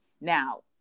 now